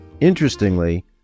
Interestingly